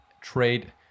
trade